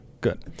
Good